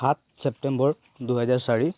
সাত ছেপ্টেম্বৰ দুহেজাৰ চাৰি